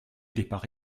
départ